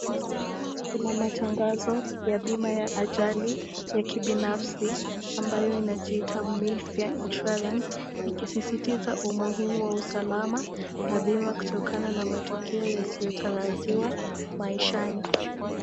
Kuna matangazo ya bima ya ajali ya kibinafsi ambayo inajiita Mayfair Insurance ikisisitiza umuhimu wa usalama na bima kutokana na matukio yasiyotarajiwa maishani.